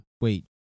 wait